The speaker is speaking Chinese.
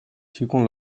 提供